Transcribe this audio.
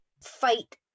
fight